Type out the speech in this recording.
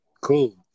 cool